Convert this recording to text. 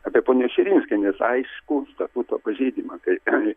apie ponios širinskienės aiškų statuto pažeidimą kai